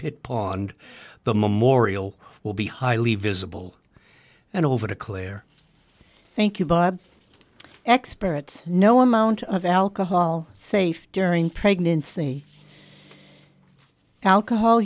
pit pond the memorial will be highly visible and over to clare thank you bob experts no amount of alcohol safe during pregnancy alcohol